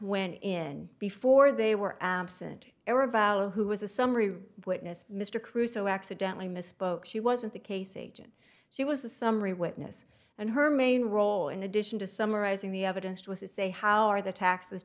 when before they were absent or valor who was a summary witness mr crusoe accidentally misspoke she wasn't the case agent she was a summary witness and her main role in addition to summarizing the evidence was to say how are the taxes